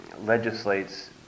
legislates